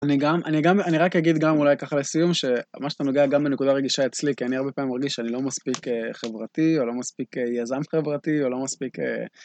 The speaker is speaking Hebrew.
אני גם, אני רק אגיד גם אולי ככה לסיום, שמה שאתה נוגע גם בנקודה הרגישה אצלי, כי אני הרבה פעמים מרגיש שאני לא מספיק חברתי, או לא מספיק יזם חברתי, או לא מספיק...